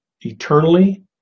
eternally